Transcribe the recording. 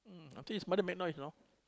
mm until his mother make noise you know